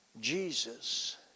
Jesus